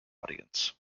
audience